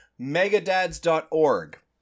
Megadads.org